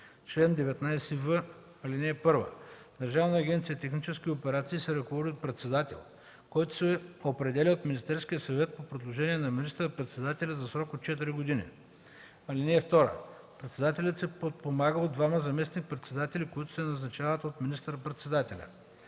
Чл. 19в. (1) Държавна агенция „Технически операции” се ръководи от председател, който се определя от Министерския съвет по предложение на министър-председателя за срок 4 години. (2) Председателят се подпомага от двама заместник-председатели, които се назначават от министър-председателя.